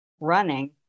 running